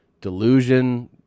delusion